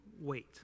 wait